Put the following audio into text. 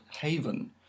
Haven